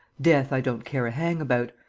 death i don't care a hang about!